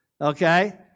Okay